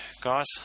guys